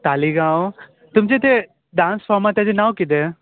तालीगांव तुमचे ते डान्स फोर्माचें नांव कितें